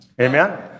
amen